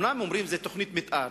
אומנם אומרים שזאת תוכנית מיתאר.